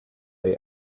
they